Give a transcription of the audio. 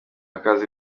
akazi